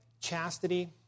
chastity